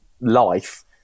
life